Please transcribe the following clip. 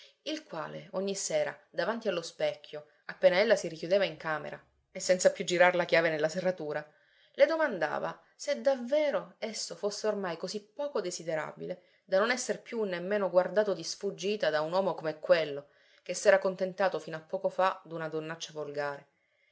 il quale ogni sera davanti allo specchio appena ella si richiudeva in camera e senza più girar la chiave nella serratura le domandava se davvero esso fosse ormai così poco desiderabile da non esser più nemmeno guardato di sfuggita da un uomo come quello che s'era contentato fino a poco fa d'una donnaccia volgare